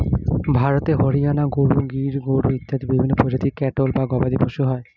ভারতে হরিয়ানা গরু, গির গরু ইত্যাদি বিভিন্ন প্রজাতির ক্যাটল বা গবাদিপশু হয়